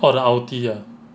orh the ulti ah